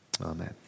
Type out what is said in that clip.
Amen